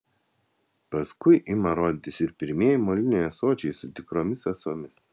paskui ima rodytis ir pirmieji moliniai ąsočiai su tikromis ąsomis